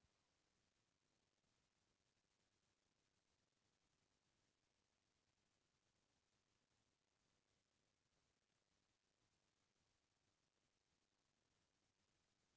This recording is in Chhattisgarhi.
इंडसइंड बेंक के उद्घाटन केन्द्रीय बित्तमंतरी मनमोहन सिंह हर अपरेल ओनाइस सौ चैरानबे म करे रहिस